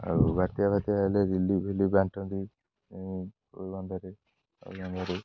ଆଉ ବାତ୍ୟାଫାତ୍ୟା ହେଲେ ରିଲିଫ୍ ବାଣ୍ଟନ୍ତି